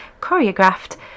choreographed